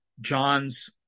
John's